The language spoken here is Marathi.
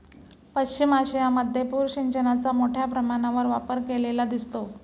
पश्चिम आशियामध्ये पूर सिंचनाचा मोठ्या प्रमाणावर वापर केलेला दिसतो